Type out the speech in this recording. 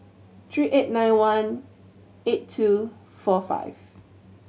three eight nine one eight two four five